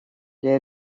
для